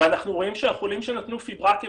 ואנחנו רואים שהחולים שנטלו פיברטים,